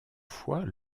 fois